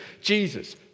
Jesus